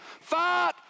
Fight